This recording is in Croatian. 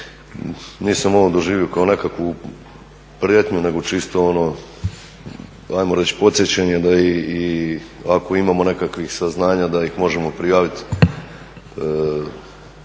Nisam ovo doživio kao nekakvu prijetnju nego čisto ono, ajmo reći podsjećanje da ako imamo nekakvih saznanja da ih možemo prijaviti